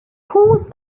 ports